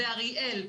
באריאל,